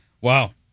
Wow